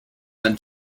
than